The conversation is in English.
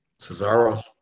Cesaro